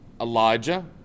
Elijah